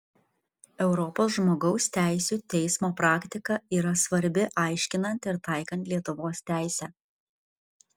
europos žmogaus teisių teismo praktika yra svarbi aiškinant ir taikant lietuvos teisę